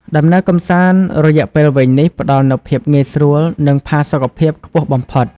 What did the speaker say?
ដំណើរកម្សាន្តរយៈពេលវែងនេះ ផ្តល់នូវភាពងាយស្រួល និងផាសុកភាពខ្ពស់បំផុត។